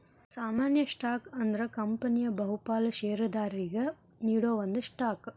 ಸಾಮಾನ್ಯ ಸ್ಟಾಕ್ ಅಂದ್ರ ಕಂಪನಿಯ ಬಹುಪಾಲ ಷೇರದಾರರಿಗಿ ನೇಡೋ ಒಂದ ಸ್ಟಾಕ್